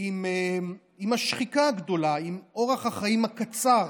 עם השחיקה הגדולה, עם אורך החיים הקצר